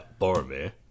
Boromir